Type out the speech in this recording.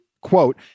Quote